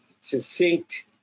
succinct